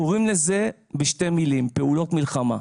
קוראים לזה פעולות מלחמה.